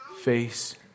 face